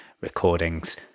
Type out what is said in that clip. recordings